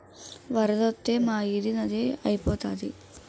వరదొత్తే మా ఈది నదే ఐపోతాది